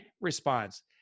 response